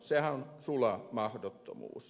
sehän on sula mahdottomuus